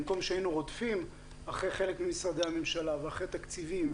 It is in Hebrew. במקום שהיינו רודפים אחרי חלק ממשרדי הממשלה ואחרי תקציבים,